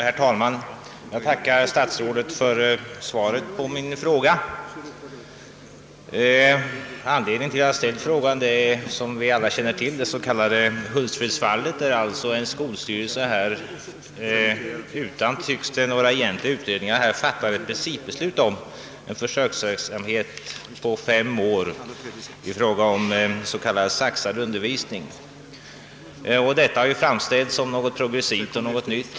Herr talman! Jag tackar ecklesiastikministern för svaret på min fråga. Anledningen till att jag framställde frågan är som vi alla vet det s.k. Hultsfredsfallet, där en skolstyrelse utan några egentliga utredningar — såsom det förefaller — har fattat principbeslut om en försöksverksamhet under fem år med s.k. saxad undervisning. Detta har framställts som något nytt och progressivt.